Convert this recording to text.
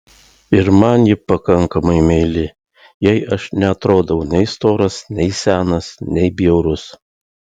ir man ji pakankamai meili jai aš neatrodau nei storas nei senas nei bjaurus